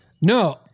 No